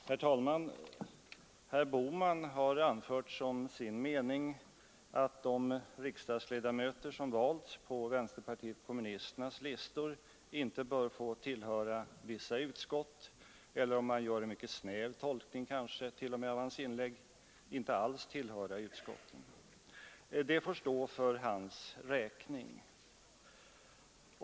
Herr talman! Herr Bohman har anfört som sin mening att de riksdagsledamöter som valts på vänsterpartiet kommunisternas listor inte bör få tillhöra vissa utskott eller — om man gör en mycket snäv tolkning av hans inlägg — att de kanske inte alls bör få tillhöra utskotten. Det får stå för hans räkning.